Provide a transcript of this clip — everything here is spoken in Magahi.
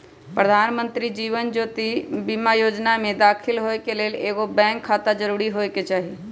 प्रधानमंत्री जीवन ज्योति बीमा जोजना में दाखिल होय के लेल एगो बैंक खाता जरूरी होय के चाही